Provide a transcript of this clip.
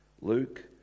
Luke